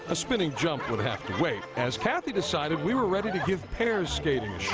ah spinning jump would have to wait as kathy decides we were ready to given pairs skating